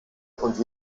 und